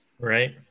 Right